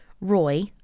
Roy